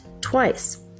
twice